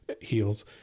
heals